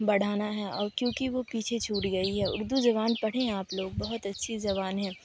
بڑھانا ہے اور کیونکہ وہ پیچھے چھوٹ گئی ہے اردو زبان پڑھیں آپ لوگ بہت اچھی زبان ہیں